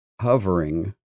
hovering